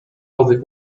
owych